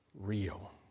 real